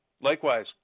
Likewise